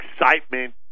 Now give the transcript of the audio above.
excitement